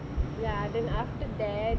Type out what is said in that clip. ya then after that